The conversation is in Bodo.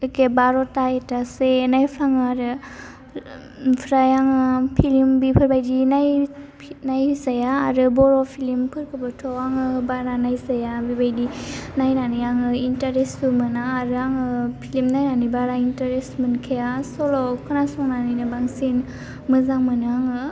एखे बारथा एकथासे नायफ्लाङो आरो ओमफ्राय आङो फिलिम बेफोरबायदि नायजाया आरो बर' फिलिमफोरखौबोथ' आङो बारा नायस्राया बेबायदि नायनानै आङो इन्टारेस्टबो मोना आरो आङो फिलिम नायनानै बारा इन्टारेस्ट मोनखाया सल' खोनासंनानैनो बांसिन मोजां मोनो आङो